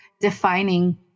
defining